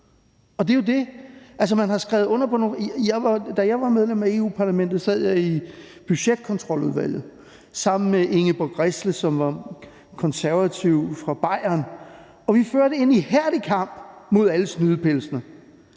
Da jeg var medlem af Europa-Parlamentet, sad jeg i Budgetkontroludvalget sammen med Ingeborg Grässle, som var et konservativt medlem fra Bayern, og vi førte en ihærdig kamp mod alle snydepelsene.